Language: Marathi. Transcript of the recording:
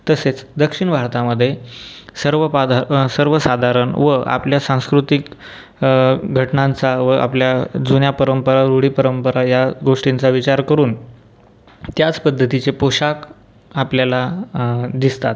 तसेच दक्षिण भारतामधे सर्वपाधा सर्वसाधारण व आपल्या सांस्कृतिक घटनांचा व आपल्या जुन्या परंपरा रूढी परंपरा या गोष्टींचा विचार करून त्याच पद्धतीचे पोशाख आपल्याला दिसतात